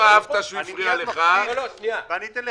שישוב אלינו במהרה בריא ושלם.